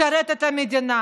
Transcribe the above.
לשרת את המדינה,